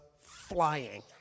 flying